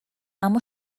اما